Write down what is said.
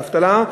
אבטלה,